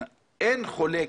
אין חולק,